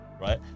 right